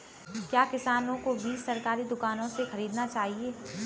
क्या किसानों को बीज सरकारी दुकानों से खरीदना चाहिए?